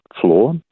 floor